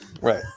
Right